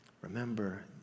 remember